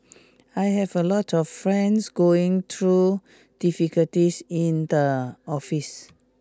I have a lot of friends going through difficulties in the office